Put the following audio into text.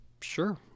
sure